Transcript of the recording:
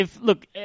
Look